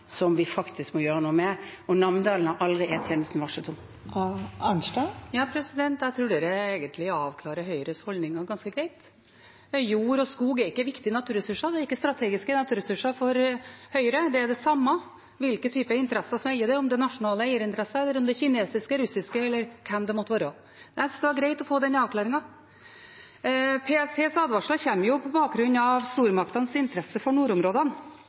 som vi faktisk må gjøre noe med. Namdalen har aldri E-tjenesten varslet om. Marit Arnstad – til oppfølgingsspørsmål. Jeg tror dette egentlig avklarer Høyres holdninger ganske greit. Jord og skog er ikke viktige naturressurser, det er ikke strategiske naturressurser for Høyre. Det er det samme hvilke typer interesser som eier det, om det er nasjonale eierinteresser, eller om det er kinesiske, russiske eller hvem det måtte være. Jeg synes det var greit å få den avklaringen. PSTs advarsler kommer jo på bakgrunn av stormaktenes interesse for nordområdene,